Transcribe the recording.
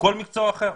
כל מקצוע אחר.